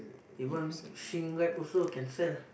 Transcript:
the one wrap also can sell